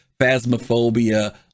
Phasmophobia